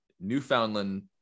Newfoundland